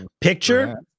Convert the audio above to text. Picture